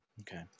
Okay